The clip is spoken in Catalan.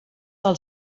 del